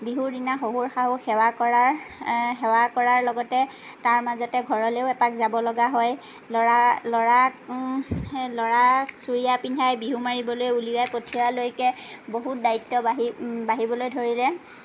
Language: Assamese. বিহুৰ দিনা শহুৰ শাহুক সেৱা কৰাৰ সেৱা কৰাৰ লগতে তাৰ মাজতে ঘৰলৈও এপাক যাব লগা হয় ল'ৰা ল'ৰাক সেই ল'ৰাক ছুৰীয়া পিন্ধাই বিহু মাৰিবলৈ উলিয়াই পঠিওৱালৈকে বহুত দায়িত্ব বাঢ়ি বাঢ়িবলৈ ধৰিলে